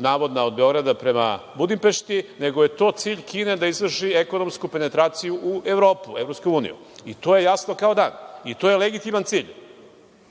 navodna, od Beograda prema Budimpešti, nego je to cilj Kine da izvrši ekonomsku penetraciju u Evropu, u EU, i to je jasno kao dan, i to je legitiman cilj.